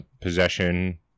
possession